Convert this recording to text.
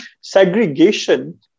segregation